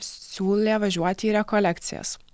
siūlė važiuoti į rekolekcijas